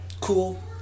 cool